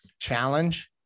challenge